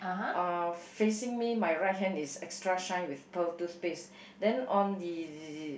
uh facing me my right hand is extra shine with pearl toothpaste then on the